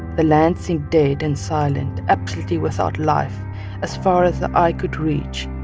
the land seemed dead and silent, absolutely without life as far as the eye could reach